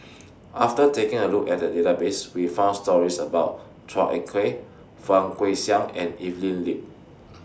after taking A Look At The Database We found stories about Chua Ek Kay Fang Guixiang and Evelyn Lip